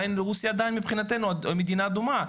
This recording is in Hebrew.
רוסיה עדיין מדינה אדומה מבחינתנו,